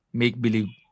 make-believe